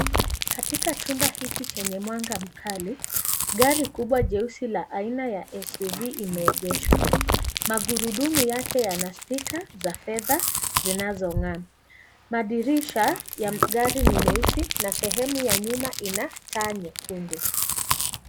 Katika chumba hiki chenye mwanga mkali, gari kubwa jeusi la aina ya SUV imeegeshwa, magurudumu yake yana spika za fedha zinazongaa, madirisha ya gari ni meusi na sehemu ya nyuma ina taa nyekundu.